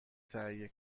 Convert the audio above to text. تهیه